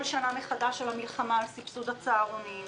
כל שנה מחדש מלחמה על סבסוד הצהרונים,